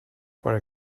for